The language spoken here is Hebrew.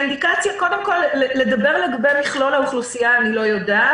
קודם כול, לדבר על מכלול האוכלוסייה אני לא יודעת.